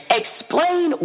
explain